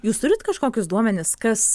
jūs turit kažkokius duomenis kas